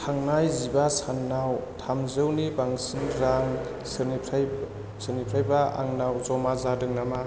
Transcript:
थांनाय जिबा सानाव थामजौनि बांसिन रां सोरनिफ्राय सोरनिफ्रायबा आंनाव जमा जादों नामा